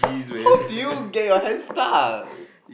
how do you get your hand stuck